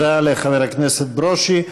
תודה לחבר הכנסת ברושי.